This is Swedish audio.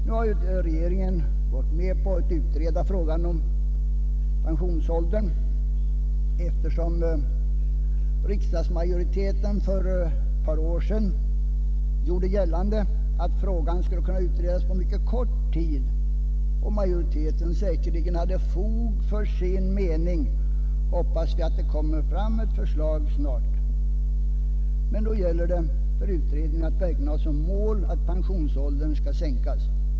Nu har ju regeringen gått med på att utreda frågan om pensionsåldern. Eftersom riksdagsmajoriteten för ett par år sedan gjorde gällande att frågan skulle kunna utredas på mycket kort tid och majoriteten säkerligen hade fog för sin mening, hoppas vi att det läggs fram ett förslag snart. Men då gäller det för utredningen att verkligen ha som mål att pensionsåldern skall sänkas.